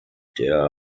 der